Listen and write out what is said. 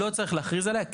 לא צריך להכריז עליה.